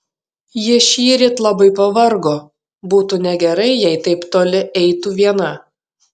ji šįryt labai pavargo būtų negerai jei taip toli eitų viena